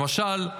למשל,